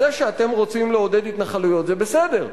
אז זה שאתם רוצים לעודד התנחלויות זה בסדר,